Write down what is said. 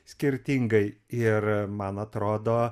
skirtingai ir man atrodo